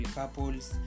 couples